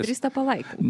nedrįsta palaikint